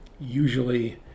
usually